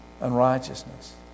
unrighteousness